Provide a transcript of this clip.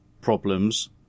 problems